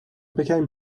became